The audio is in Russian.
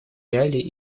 реалии